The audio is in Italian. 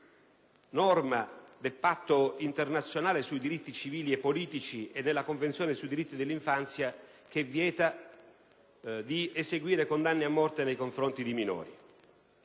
norma del Patto internazionale sui diritti civili e politici e della Convenzione ONU sui diritti dell'infanzia che vieta di eseguire condanne a morte nei confronti dei minori.